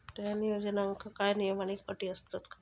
त्या योजनांका काय नियम आणि अटी आसत काय?